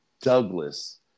douglas